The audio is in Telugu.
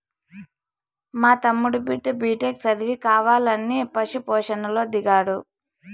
మా తమ్ముడి బిడ్డ బిటెక్ చదివి కావాలని పశు పోషణలో దిగాడు